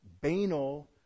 banal